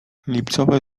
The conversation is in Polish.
lipcowe